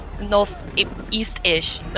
North-East-ish